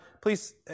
Please